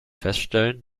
feststellen